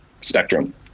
spectrum